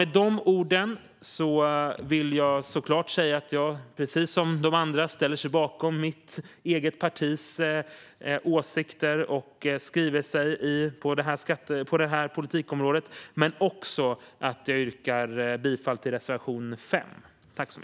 Med de orden vill jag säga att jag precis som de andra ställer mig bakom mitt eget partis åsikter och skrivelser på detta politikområde men också att jag yrkar bifall till reservation 5.